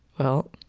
well,